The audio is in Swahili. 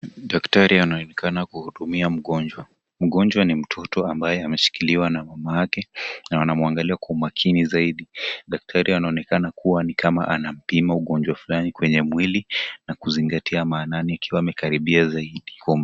Daktari anaonekana kuhudumia mgonjwa. Mgonjwa ni mtoto ambaye ameshikiliwa na mamake na wanamuangalia kwa umakini zaidi. Daktari anaonekana kuwa ni kama anampima ugonjwa fulani kwenye mwili na kuzingatia maanani ikiwa amekaribia zaidi.